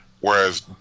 Whereas